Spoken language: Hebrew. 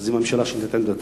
אז אם הממשלה שינתה את עמדתה,